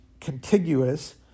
contiguous